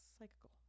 Psychical